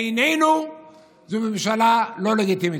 בעינינו זאת ממשלה לא לגיטימית,